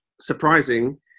surprising